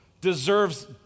deserves